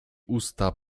usta